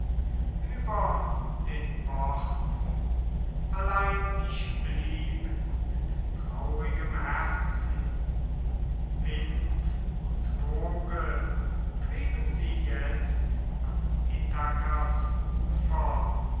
über den bord allein ich blieb mit traurigem herzen wind und woge trieben sie jetzt an ithakas ufer